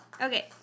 Okay